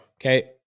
okay